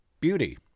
beauty